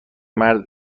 مرد